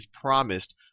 promised